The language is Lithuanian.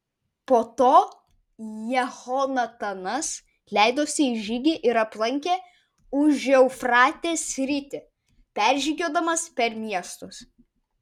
po to jehonatanas leidosi į žygį ir aplankė užeufratės sritį peržygiuodamas per miestus